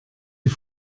die